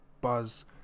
buzz